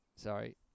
Sorry